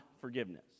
forgiveness